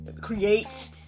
create